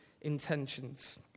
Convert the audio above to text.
intentions